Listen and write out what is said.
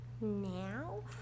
Now